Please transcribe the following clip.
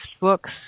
books